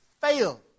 fail